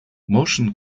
motion